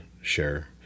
share